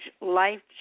life